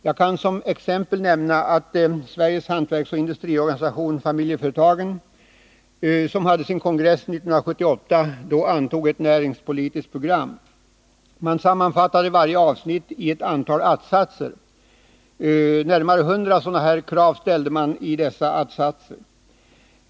Jag kan som exempel nämna att Sveriges hantverksoch industriorganisation-Familjeföretagen på sin kongress 1978 antog ett näringspolitiskt program. Man sammanfattade varje avsnitt i ett antal att-satser. Närmare 100 krav ställdes i dessa att-satser.